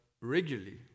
regularly